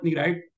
right